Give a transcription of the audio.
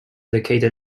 located